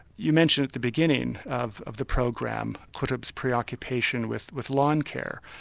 you mentioned at the beginning of of the program qutb's preoccupation with with lawn-care.